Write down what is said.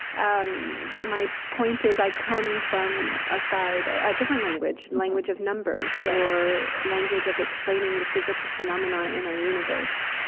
um my point is, i come from a side a different language a and language of numbers or language of explaining the physical phenomena in our universe.